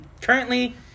currently